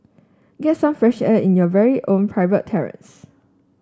get some fresh air in your very own private terrace